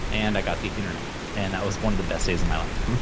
and i got the internet, and that was one of the best days of my life,